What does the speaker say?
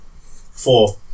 Four